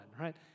right